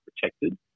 protected